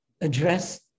address